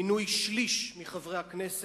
מינוי שליש מחברי הכנסת,